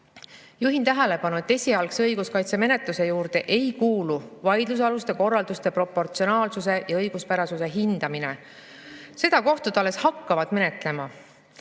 Juhin tähelepanu, et esialgse õiguskaitse menetluse juurde ei kuulu vaidlusaluste korralduste proportsionaalsuse ja õiguspärasuse hindamine. Seda kohtud alles hakkavad menetlema. On